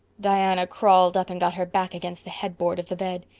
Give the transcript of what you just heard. diana crawled up and got her back against the headboard of the bed.